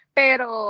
pero